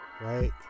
right